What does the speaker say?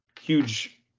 huge